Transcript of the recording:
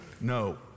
No